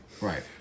Right